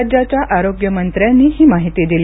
राज्याच्या आरोग्यमंत्र्यांनी ही माहिती दिली